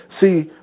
See